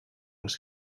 les